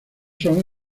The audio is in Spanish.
son